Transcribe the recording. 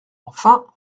enfin